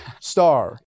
Star